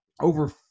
over